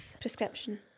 prescription